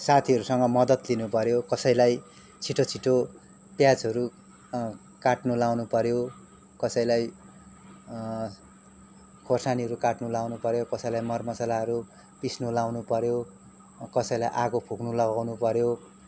साथीहरूसँग मद्दत लिनु पऱ्यो कसैलाई छिटो छिटो प्याजहरू काट्नु लाउनु पऱ्यो कसैलाई खुर्सानीहरू काट्नु लाउनु पऱ्यो कसैलाई मर मसालाहरू पिस्नु लाउनु पऱ्यो कसैलाई आगो फुक्नु लगाउनु पऱ्यो